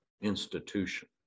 institution